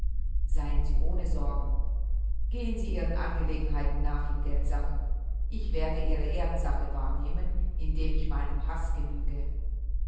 seien sie ohne sorgen gehen sie ihren angelegenheiten nach in geldsachen ich werde ihre ehrensache wahrnehmen indem ich meinem haß genüge